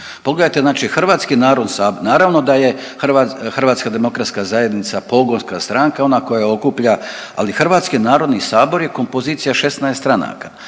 Pogledajte znači hrvatski narod u …/Govornik se ne razumije./… naravno da je HDZ pogonska stranka ona koja okuplja, ali Hrvatski narodni sabor je kompozicija 16 stranaka.